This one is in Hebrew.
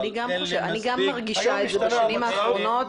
גם אני מרגישה את זה בשנים האחרונות.